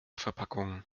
verpackung